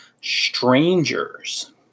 strangers